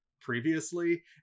previously